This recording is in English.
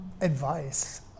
Advice